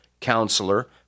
counselor